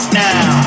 now